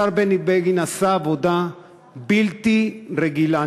השר בני בגין עשה עבודה בלתי רגילה,